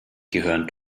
gehören